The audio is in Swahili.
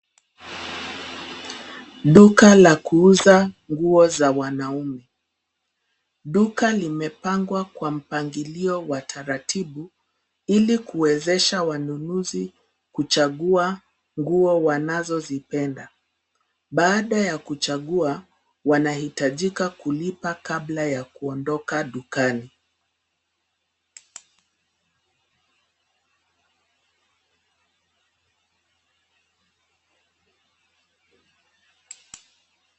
Duka la kuuza nguo za wanaume. Duka limepangwa kwa mpangilio wa taratibu ili kuwezesha wanunuzi kuchagua nguo wanazozipenda, baada ya kuchagua, wanahitajika kulipa kabla ya kuondoka dukani.